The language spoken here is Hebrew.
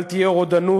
בל תהיה רודנות,